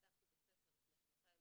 פתחנו בית ספר לפני שנתיים,